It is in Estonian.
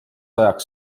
ajaks